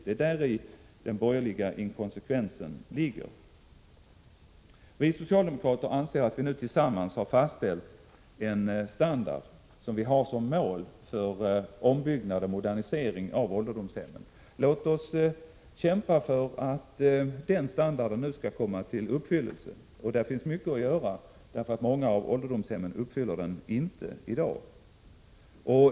Det är där den borgerliga inkonsekvensen ligger. Vi socialdemokrater anser att vi nu tillsammans har fastställt en standard som vi har som mål för ombyggnad och modernisering av ålderdomshemmen. Låt oss kämpa för att den standarden nu skall uppnås. Där finns mycket att göra, eftersom flertalet av ålderdomshemmen inte uppfyller dessa krav i dag.